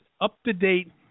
up-to-date